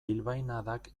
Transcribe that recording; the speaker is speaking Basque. bilbainadak